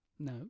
No